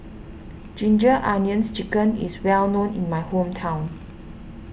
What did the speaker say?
Ginger Onions Chicken is well known in my hometown